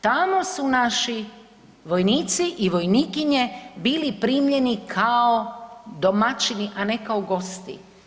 Tamo su naši vojnici i vojnikinje bili primljeni kao domaćini, a ne kao gosti.